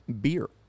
beer